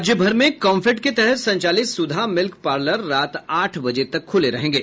राज्य भर में कॉम्फेड के तहत संचालित सुधा मिल्क पार्लर रात आठ बजे तक खुले रहेंगे